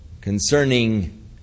concerning